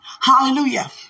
Hallelujah